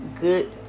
good